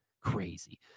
Crazy